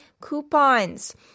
coupons